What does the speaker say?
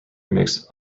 makes